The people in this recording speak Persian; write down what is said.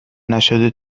نشده